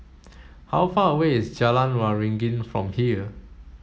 how far away is Jalan Waringin from here